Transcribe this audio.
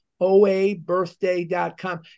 OABirthday.com